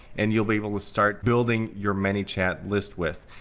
and you'll be able to start building your manychat list with.